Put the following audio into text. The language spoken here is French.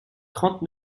trente